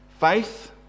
faith